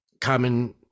common